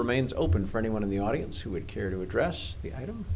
remains open for anyone in the audience who would care to address the item